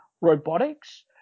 robotics